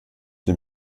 dem